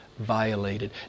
violated